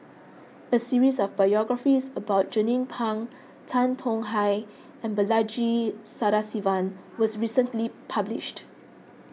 a series of biographies about Jernnine Pang Tan Tong Hye and Balaji Sadasivan was recently published